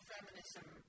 feminism